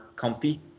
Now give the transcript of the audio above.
comfy